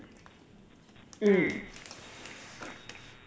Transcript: mm